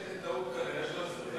יש איזו טעות כנראה,